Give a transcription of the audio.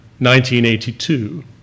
1982